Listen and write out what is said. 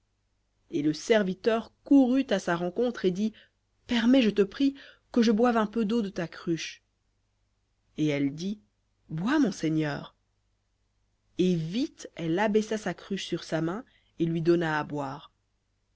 et le serviteur courut à sa rencontre et dit permets je te prie que je boive un peu d'eau de ta cruche et elle dit bois mon seigneur et vite elle abaissa sa cruche sur sa main et lui donna à boire